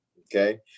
Okay